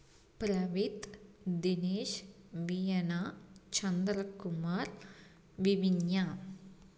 பிரவேத் தினேஷ் வியன்னா சந்திரகுமார் விவின்யா